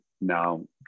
now